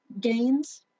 gains